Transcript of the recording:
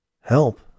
Help